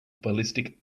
ballistic